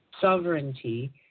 sovereignty